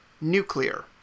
nuclear